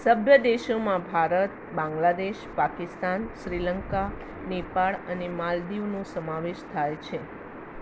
સભ્ય દેશોમાં ભારત બાંગ્લાદેશ પાકિસ્તાન શ્રીલંકા નેપાળ અને માલદીવનો સમાવેશ થાય છે